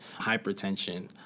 hypertension